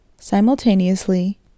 Simultaneously